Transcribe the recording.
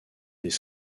des